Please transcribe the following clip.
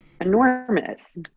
Enormous